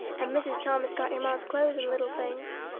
and mrs. thomas got your ma's clothes and little things.